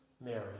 Mary